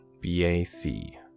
B-A-C